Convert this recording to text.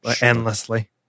endlessly